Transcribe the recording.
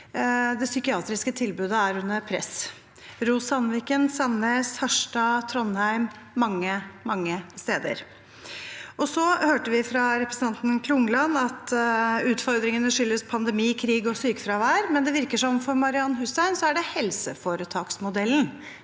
det psykiatriske tilbudet er under press: Sandviken, Sandnes, Harstad, Trondheim – mange, mange steder. Så hørte vi fra representanten Klungland at utfordringene skyldes pandemi, krig og sykefravær, men det virker som at det for Marian Hussein er helseforetaksmodellen